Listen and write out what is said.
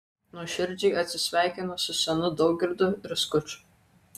nuoširdžiai atsisveikina su senu daugirdu ir skuču